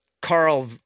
Carl